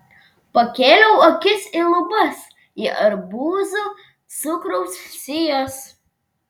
pakėliau akis į lubas į arbūzų cukraus sijas